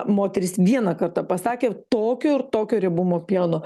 moteris vieną kartą pasakė tokio ir tokio riebumo pieno